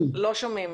שומעים